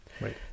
Right